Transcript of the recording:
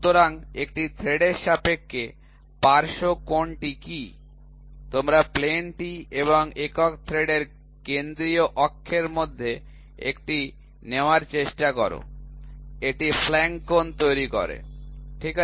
সুতরাং এখানে থ্রেডের সাপেক্ষে পার্শ্ব কোণটি কী তোমরা প্লেনটি এবং একক থ্রেডের কেন্দ্রীয় অক্ষের মধ্যে একটি নেওয়ার চেষ্টা কর এটি ফ্ল্যাঙ্ক কোণ তৈরি করে ঠিক আছে